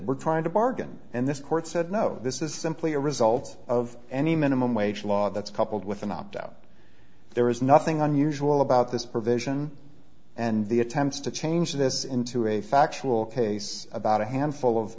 we're trying to bargain and this court said no this is simply a result of any minimum wage law that's coupled with an opt out there is nothing unusual about this provision and the attempts to change this into a factual case about a handful of